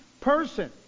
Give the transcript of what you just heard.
person